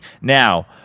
Now